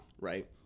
right